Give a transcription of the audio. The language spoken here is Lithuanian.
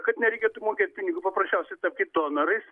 kad nereikėtų mokėt pinigų paprasčiausiai tapkit donorais